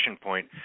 point